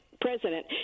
president